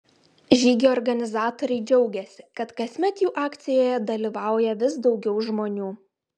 žygio organizatoriai džiaugiasi kad kasmet jų akcijoje dalyvauja vis daugiau žmonių